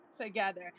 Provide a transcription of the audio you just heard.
together